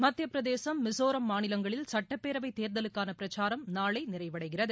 மத்தியப் பிரதேசம் மிசோராம் மாநிலங்களில் சட்டப்பேரவை தேர்தலுக்காள பிரச்சாரம் நாளை நிறைவடைகிறது